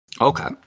Okay